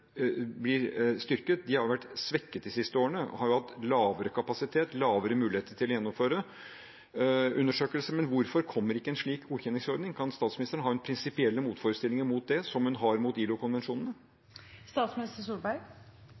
blir styrket. De har vært svekket de siste årene og har hatt lavere kapasitet, mindre muligheter til å gjennomføre undersøkelser. Men hvorfor kommer ikke en slik godkjenningsordning? Kan statsministeren ha prinsipielle motforestillinger mot det, som hun har mot